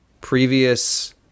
previous